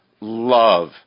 love